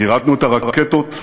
יירטנו את הרקטות,